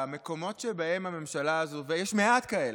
במקומות שבהם הממשלה הזאת, ויש מעט כאלה,